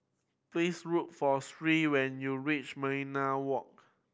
please look for Shirl when you reach Millenia Walk